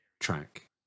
track